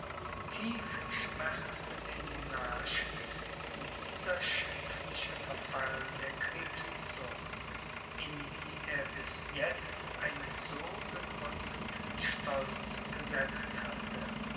tief schmerzte den monarchen dieser schimpfliche verfall der kriegszucht in die er bis jetzt einen so gegründeten stolz gesetzt hatte